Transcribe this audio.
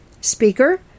Speaker